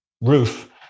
roof